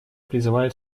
призывает